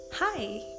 Hi